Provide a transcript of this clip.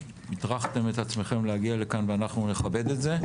הטרחתם את עצמכם להגיע לכאן ואנחנו נכבד את זה.